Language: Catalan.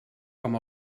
com